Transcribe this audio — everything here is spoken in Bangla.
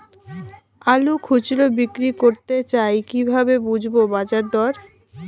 আলু খুচরো বিক্রি করতে চাই কিভাবে বুঝবো বাজার দর?